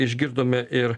išgirdome ir